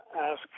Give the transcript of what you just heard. ask